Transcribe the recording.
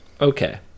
okay